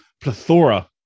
plethora